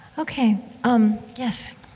ok um, yes